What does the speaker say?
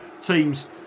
teams